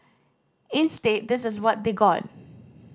instead this is what they got